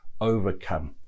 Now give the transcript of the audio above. overcome